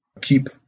keep